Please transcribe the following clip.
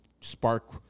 spark